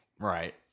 Right